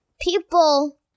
people